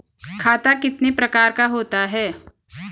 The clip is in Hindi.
खाता कितने प्रकार का होता है?